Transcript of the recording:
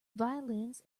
violins